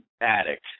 addict